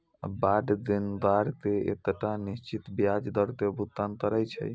bond देनदार कें एकटा निश्चित ब्याज दर के भुगतान करै छै